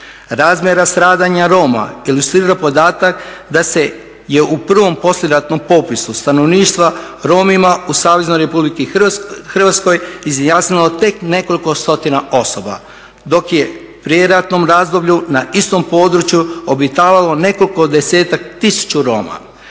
Razmjera stradanja Roma ilustrira podatak da se je u prvom poslijeratnom popisu stanovništva Romima u saveznoj Republici Hrvatskoj izjasnilo tek nekoliko stotina osoba dok je u prijeratnom razdoblju na istom području obitavalo nekoliko desetaka tisuća Roma.